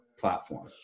platform